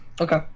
okay